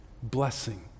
blessing